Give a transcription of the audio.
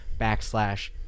backslash